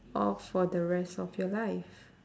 of for the rest of your life